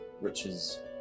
riches